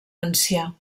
ancià